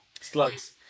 Slugs